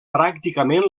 pràcticament